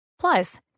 Plus